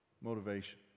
Motivation